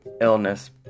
illness